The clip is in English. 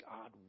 God